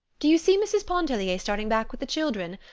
do you see mrs. pontellier starting back with the children?